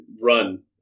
Run